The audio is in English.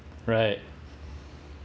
right